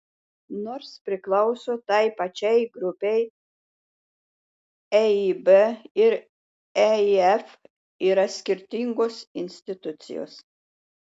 nors priklauso tai pačiai grupei eib ir eif yra skirtingos institucijos